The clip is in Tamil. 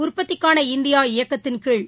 உற்பத்திக்கான இந்தியா இயக்கத்தின் கீழ்